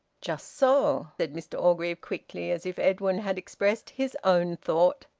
just so, said mr orgreave quickly, as if edwin had expressed his own thought.